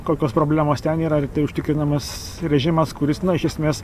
kokios problemos ten yra ir tai užtikrinamas režimas kuris na iš esmės